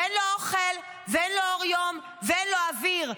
ואין לו אוכל, ואין לו אור יום, ואין לו אוויר.